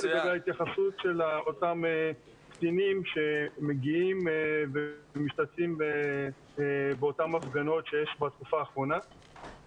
אני מדבר על קטינים שנעצרו, שהם נעצרו להליך של 24